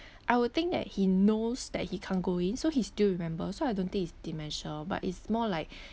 I would think that he knows that he can't go in so he's still remember so I don't think it's dementia but it's more like